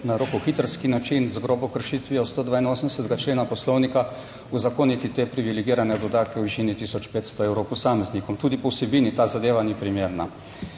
na rokohitrski način z grobo kršitvijo 182. člena poslovnika uzakoniti te privilegirane dodatke v višini tisoč 500 evrov posameznikom. Tudi po vsebini ta zadeva ni primerna.